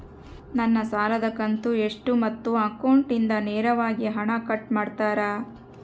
ನನ್ನ ಸಾಲದ ಕಂತು ಎಷ್ಟು ಮತ್ತು ಅಕೌಂಟಿಂದ ನೇರವಾಗಿ ಹಣ ಕಟ್ ಮಾಡ್ತಿರಾ?